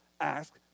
ask